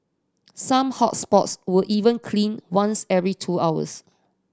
some hot spots were even cleaned once every two hours